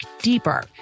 deeper